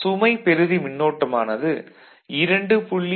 மற்றும் சுமை பெறுதி மின்னோட்டம் ஆனது 2